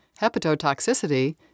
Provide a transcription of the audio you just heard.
hepatotoxicity